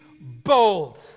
bold